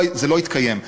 זה לא התקיים.